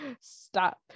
stop